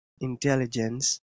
intelligence